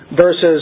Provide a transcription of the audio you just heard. Versus